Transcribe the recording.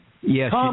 Yes